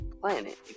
planet